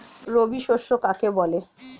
রবি শস্য কাকে বলে?